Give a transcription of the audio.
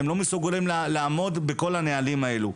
הן לא מסוגלות לעמוד בכל הנהלים האלה.